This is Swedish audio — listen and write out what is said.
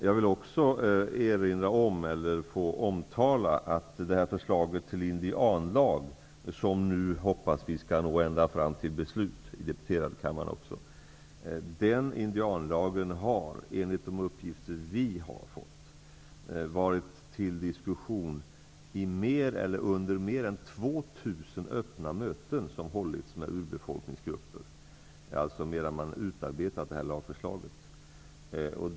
Jag vill också omtala att förslaget till indianlag, som vi nu hoppas skall nå ända fram till beslut också i deputerarkammaren, har enligt de uppgifter vi har fått diskuterats vid mer än 2 000 öppna möten som har hållits med urbefolkningsgrupper medan lagförslaget har utarbetats.